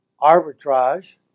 arbitrage